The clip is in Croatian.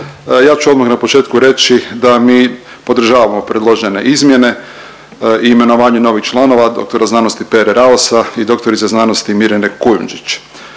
Ja ću odmah na početku reći ad mi podržavamo predložene izmjene i imenovanje novih članova dr.sc. Pere Raosa i dr.sc. Mirjane Kujundžić.